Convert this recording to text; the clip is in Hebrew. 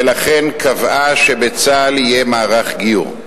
ולכן קבעה שבצה"ל יהיה מערך גיור.